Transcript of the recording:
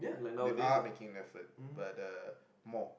they are making effort but uh more